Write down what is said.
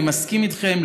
אני מסכים איתכם,